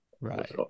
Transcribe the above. right